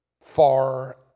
far